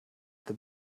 that